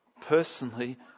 personally